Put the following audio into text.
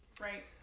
Right